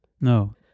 no